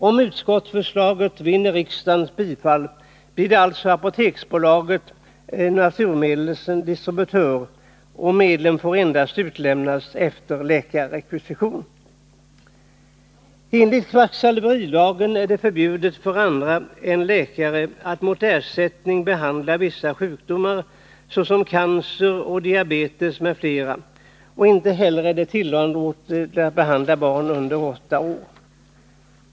Om utskottsförslaget vinner riksdagens bifall blir alltså Apoteksbolaget naturmedlens distributör, och medlen får endast utlämnas efter läkarrekvisition. Enligt kvacksalverilagen är det förbjudet för andra än läkare att mot ersättning behandla vissa sjukdomar såsom cancer, diabetes m.fl., och inte heller är det tillåtet att behandla barn under åtta år.